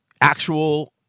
actual